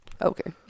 okay